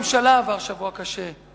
ואני מאמין ויודע שגם ראש הממשלה עבר שבוע קשה.